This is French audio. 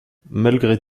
malgré